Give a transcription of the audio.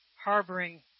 harboring